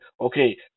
okay